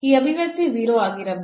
ಈ ಅಭಿವ್ಯಕ್ತಿ 0 ಆಗಿರಬೇಕು